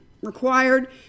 required